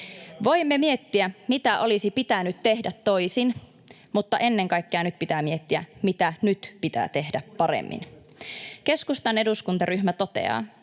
Voimme miettiä, mitä olisi pitänyt tehdä toisin, mutta ennen kaikkea nyt pitää miettiä, mitä nyt pitää tehdä paremmin. Keskustan eduskuntaryhmä toteaa,